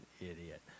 idiot